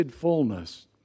fullness